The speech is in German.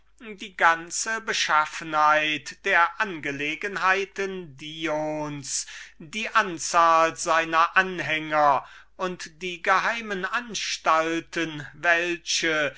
die ganze beschaffenheit der angelegenheiten dions die anzahl seiner freunde und die geheimen anstalten entdeckten welche